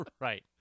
Right